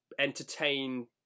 entertain